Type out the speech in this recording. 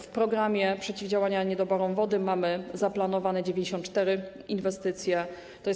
W programie przeciwdziałania niedoborom wody mamy zaplanowane 94 inwestycje.